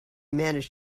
manage